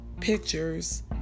pictures